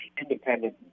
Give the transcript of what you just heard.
independent